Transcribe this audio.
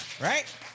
Right